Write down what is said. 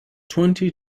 twenty